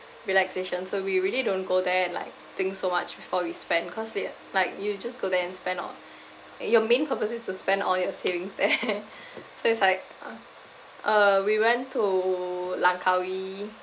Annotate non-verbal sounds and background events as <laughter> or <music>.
relaxation so we really don't go there like think so much before we spend cause it like you just go there and spend o~ your main purpose is to spend all your savings there <laughs> so it's like uh we went to langkawi